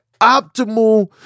optimal